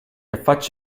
affacci